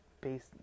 based